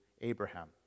Abraham